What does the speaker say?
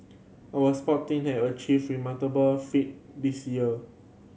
our sport team have achieved remarkable feat this year